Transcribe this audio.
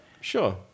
Sure